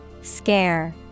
Scare